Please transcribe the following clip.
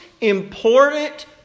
important